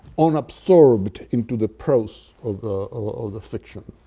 unabsorbed into the prose of the of the fiction.